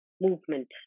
movement